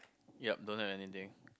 yup don't have anything